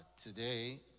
Today